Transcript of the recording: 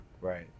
Right